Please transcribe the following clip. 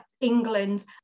England